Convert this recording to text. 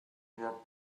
rock